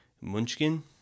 munchkin